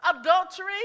adultery